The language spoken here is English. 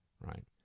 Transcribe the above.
right